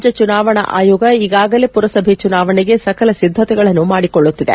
ರಾಜ್ಯ ಚುನಾವಣಾ ಆಯೋಗ ಈಗಾಗಲೇ ಪುರಸಭೆ ಚುನಾವಣೆಗೆ ಸಕಲ ಸಿದ್ಧತೆಗಳನ್ನು ಮಾಡಿಕೊಳ್ಟುತ್ತಿದೆ